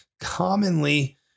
commonly